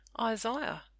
Isaiah